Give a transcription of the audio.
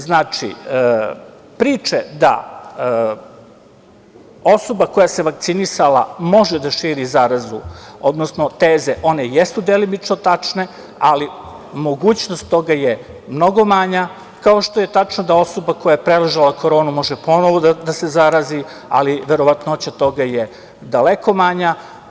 Znači, priče da osoba koja se vakcinisala može da širi zarazu, odnosno teze, one jesu delimično tačne, ali mogućnost toga je mnogo manja, kao što je tačno da osoba koja je preležala koronu može ponovo da se zarazi, ali verovatnoća toga je daleko manja.